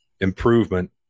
improvement